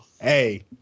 Hey